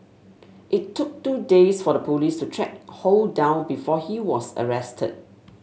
it took two days for the police to track Ho down before he was arrested